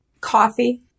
Coffee